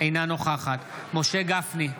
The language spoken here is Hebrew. אינה נוכחת משה גפני,